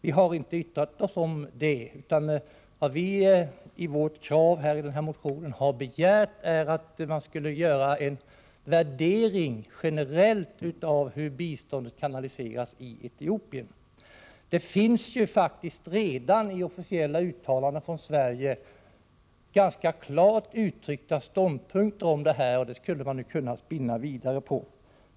Vi har aldrig yttrat oss om detta, utan vad vi har begärt är en värdering generellt av hur biståndet kanaliseras i Etiopien. Det finns ju faktiskt redan i officiella uttalanden från Sverige ganska klart uttryckta ståndpunkter om detta, och det skulle man kunna spinna vidare på.